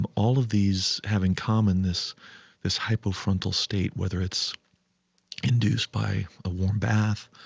and all of these have in common this this hypofrontal state, whether it's induced by a warm bath,